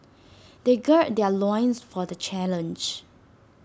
they gird their loins for the challenge